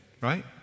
right